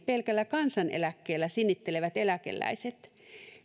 pelkällä kansaneläkkeellä sinnittelevät eläkeläiset